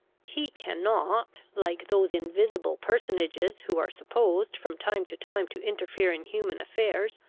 he cannot, like those invisible personages who are supposed from time to time to interfere in human affairs,